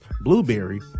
Blueberry